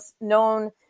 known